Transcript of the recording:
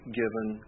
given